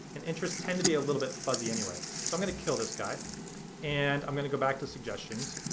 and interests tend to be a little bit fuzzy anyway. so i'm gonna kill this guy and i'm gonna go back to suggestions.